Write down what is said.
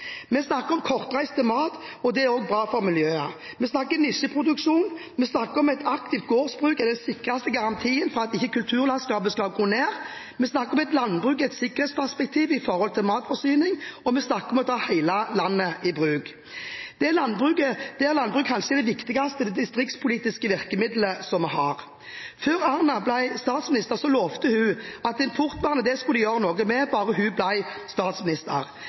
Vi snakker om kortreist mat, og at det også er bra for miljøet. Vi snakker om nisjeproduksjon, vi snakker om at et aktivt gårdsbruk er den sikreste garantien for at ikke kulturlandskapet skal gro ned, vi snakker om et landbruk i et sikkerhetsperspektiv når det gjelder matforsyning, og vi snakker om å ta hele landet i bruk – der landbruket kanskje er det viktigste distriktspolitiske virkemiddelet vi har. Før Erna Solberg ble statsminister, lovte hun at importvernet skulle de gjøre noe med bare hun ble statsminister.